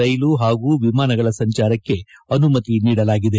ರೈಲು ಹಾಗೂ ವಿಮಾನಗಳ ಸಂಚಾರಕ್ಕೆ ಅನುಮತಿ ನೀಡಲಾಗಿದೆ